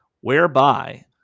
whereby